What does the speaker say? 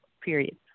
period